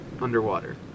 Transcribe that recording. Underwater